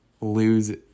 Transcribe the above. lose